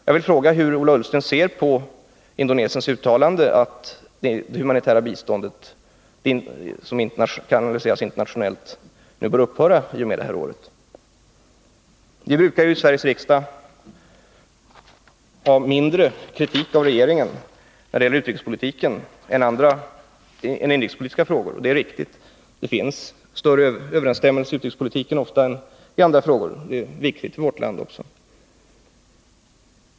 Jag vill fråga hur Ola Ullsten ser på Indonesiens uttalande att det humanitära bistånd som kanaliseras internationellt bör upphöra fr.o.m. detta år. Det är riktigt att vi i Sveriges riksdag brukar framföra mindre kritik mot regeringen beträffande utrikespolitiken än när det gäller inrikespolitiska frågor. Det finns ofta större överensstämmelse mellan regeringen och oppositionen i utrikespolitiska frågor än i andra frågor, och det är viktigt för vårt land.